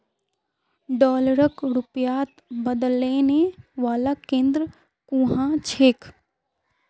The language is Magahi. डॉलरक रुपयात बदलने वाला केंद्र कुहाँ छेक